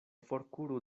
forkuru